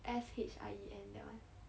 S H I E N that one